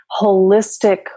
holistic